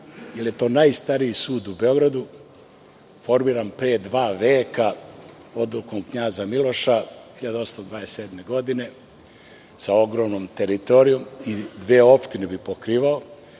jer je to najstariji sud u Beogradu, formiran pre dva veka Odlukom Knjaza Miloša 1827. godine sa ogromnom teritorijom. Dve opštine bi pokrivao. Takođe